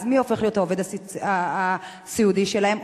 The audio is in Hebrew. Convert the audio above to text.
אז מי הופך להיות העובד הסיעודי שלהם?